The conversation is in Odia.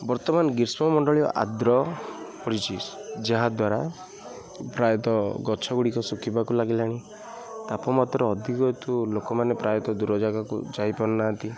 ବର୍ତ୍ତମାନ ଗ୍ରୀଷ୍ମମଣ୍ଡଳୀ ଆଦ୍ର ପଡ଼ିଛି ଯାହାଦ୍ୱାରା ପ୍ରାୟତଃ ଗଛ ଗୁଡ଼ିକ ଶୁଖିବାକୁ ଲାଗିଲାଣି ତାପମାତ୍ରା ଅଧିକ ହେତୁ ଲୋକମାନେ ପ୍ରାୟତଃ ଦୂର ଜାଗାକୁ ଯାଇପାରୁ ନାହାନ୍ତି